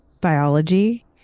biology